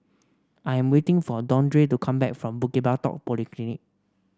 I'm waiting for Deondre to come back from Bukit Batok Polyclinic